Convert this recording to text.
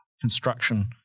construction